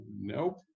nope